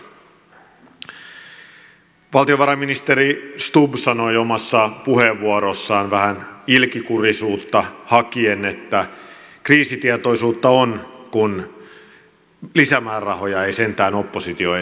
valtiovarainministeri stubb sanoi omassa puheenvuorossaan vähän ilkikurisuutta hakien että kriisitietoisuutta on kun sentään lisämäärärahoja ei oppositio esitä